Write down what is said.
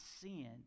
sin